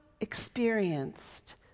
experienced